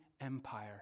empire